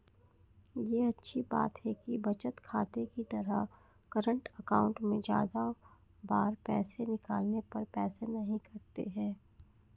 ये अच्छी बात है कि बचत खाते की तरह करंट अकाउंट में ज्यादा बार पैसे निकालने पर पैसे नही कटते है